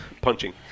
Punching